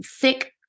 thick